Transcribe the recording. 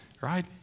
right